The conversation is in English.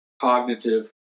cognitive